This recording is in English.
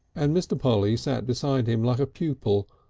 and mr. polly sat beside him like a pupil,